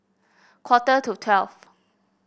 quarter to twelve